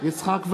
יצחק וקנין,